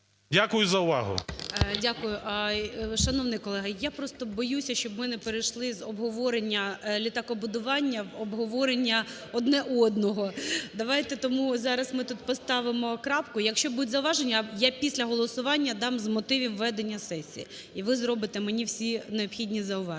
Дякую за увагу. ГОЛОВУЮЧИЙ. Дякую. Шановний колего, я просто боюся, щоб ми не перейшли з обговорення літакобудування в обговорення одне одного. Давайте тому зараз ми тут поставимо крапку. Якщо будуть зауваження, я після голосування дам з мотивів ведення сесії, і ви зробите мені всі необхідні зауваження.